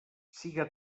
siga